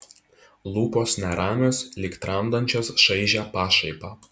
lūpos neramios lyg tramdančios šaižią pašaipą